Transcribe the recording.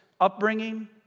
upbringing